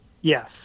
Yes